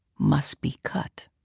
must be cut.